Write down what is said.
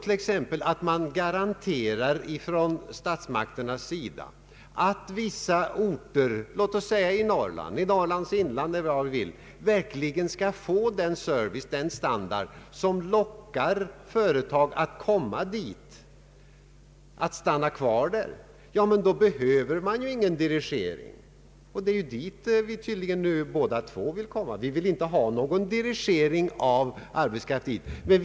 Och vidare, herr Holmqvist, om man nu från statsmakternas sida garanterar vissa orter, låt oss säga i Norrlands inland, att de verkligen skall få den service, den standard som lockar företag att komma dit och att stanna kvar där, ja, då behöver man ju ingen dirigering. Det är tydligen dit vi båda vill komma. Vi vill inte ha någon dirigering av arbetskraften.